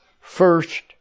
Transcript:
first